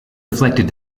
reflected